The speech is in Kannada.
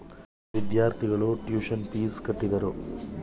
ವಿದ್ಯಾರ್ಥಿಗಳು ಟ್ಯೂಷನ್ ಪೀಸ್ ಕಟ್ಟಿದರು